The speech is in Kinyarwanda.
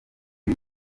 uzi